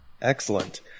excellent